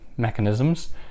mechanisms